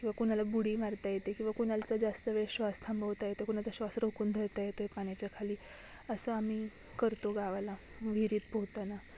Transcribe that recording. किंवा कोनाला बुडी मारता येते किंवा कोनालाचा जास्त वेळ श्वास थांबवता येतं कुनाचा श्वास रोकून धरता येतोय पान्याच्या खाली असं आम्ही करतो गावाला विहिरीत पोहताना